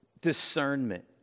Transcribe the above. discernment